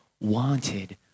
wanted